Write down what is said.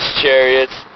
chariots